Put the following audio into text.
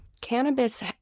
Cannabis